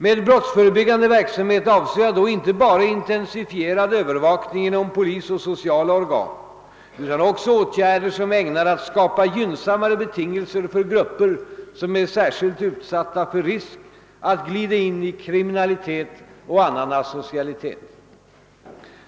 Med brottsförebyggande verksamhet avser jag då inte bara intensifierad övervakning genom polis och sociala organ utan också åtgärder som är ägnade att skapa gynnsammare betingelser för grupper som är särskilt utsatta för risk att glida in i kriminalitet och annan asocialitet.